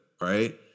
right